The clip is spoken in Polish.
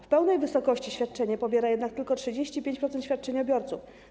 W pełnej wysokości świadczenie pobiera jednak tylko 35% świadczeniobiorców.